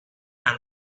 and